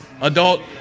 adult